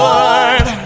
Lord